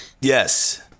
Yes